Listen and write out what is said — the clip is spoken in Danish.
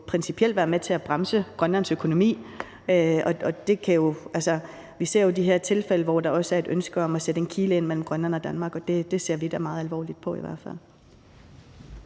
principielt være med til at bremse Grønlands økonomi. Vi ser de her tilfælde, hvor der også er et ønske om at sætte en kile ind mellem Grønland og Danmark, og det ser vi da i hvert fald